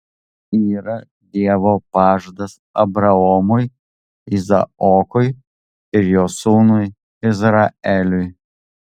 yra dievo pažadas abraomui izaokui ir jo sūnui izraeliui